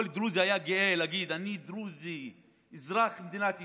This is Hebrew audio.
כל דרוזי היה גאה להגיד: אני דרוזי אזרח מדינת ישראל,